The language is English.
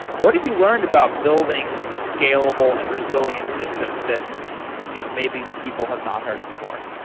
what have you learned about building scalable and resilient systems that you know maybe people have not heard before?